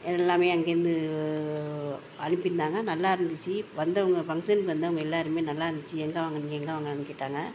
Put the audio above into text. எல்லாமே அங்கேருந்து அனுப்பியிருந்தாங்க நல்லாயிருந்துச்சி வந்தவங்க ஃபங்ஷனுக்கு வந்தவங்க எல்லாருமே நல்லாயிருந்துச்சி எங்கே வாங்கினீங்க எங்கே வாங்கினது கேட்டாங்க